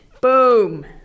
Boom